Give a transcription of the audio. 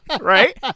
right